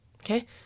Okay